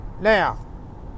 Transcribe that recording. Now